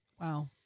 wow